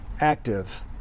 active